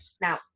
now